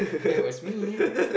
that was me